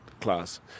class